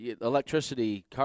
electricity